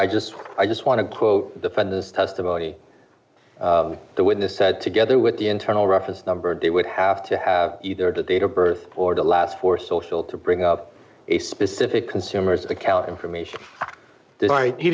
i just i just want to quote the defendant's testimony the witness said together with the internal reference number they would have to have either date of birth or the last for social to bring up a specific consumers account information he